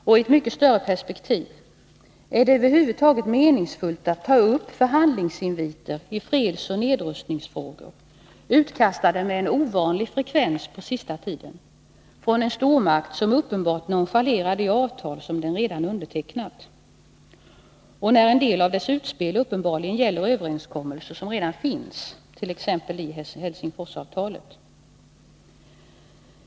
Och i ett mycket större perspektiv: Är det över huvud taget meningsfullt att ta upp förhandlingsinviter i fredsoch nedrustningsfrågor, utkastade med ovanlig frekvens på sista tiden, från en stormakt som uppenbart nonchalerar de avtal som den redan undertecknat, och när en del av dess utspel uppenbarligen gäller överenskommelser som redan finns, t.ex. i Helsingforsavtalet?